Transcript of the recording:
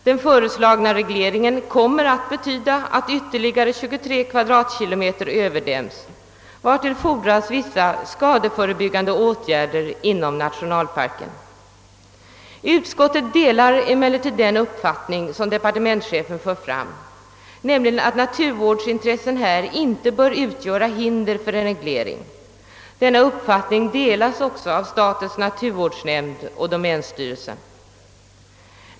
Den föreslagna regleringen innebär att ytterligare 23 km? överdämmes, vilket kräver vissa skadeförebyggande åtgärder inom nationalparken. Utskottet delar emellertid departementschefens uppfattning att naturvårdsintressena inte bör få utgöra hinder för sådan reglering. Denna uppfattning delas av statens naturvårdsnämnd och domänstyrelsen.